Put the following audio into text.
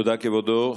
תודה, כבודו.